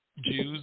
Jews